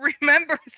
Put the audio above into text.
remember